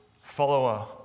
follower